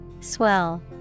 Swell